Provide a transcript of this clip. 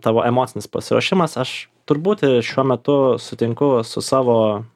tavo emocinis pasiruošimas aš turbūt e šiuo metu sutinku su savo